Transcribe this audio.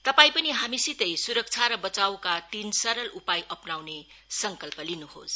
तपाई पनि हामीसितै सुरक्षा र बचाइका तीन सरल उपाय अप्नाउने संकल्प गर्नुहोस्